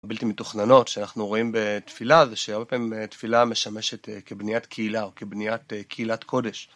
בלתי מתוכננות שאנחנו רואים בתפילה זה שהיא הרבה פעמים תפילה משמשת כבניית קהילה או כבניית קהילת קודש.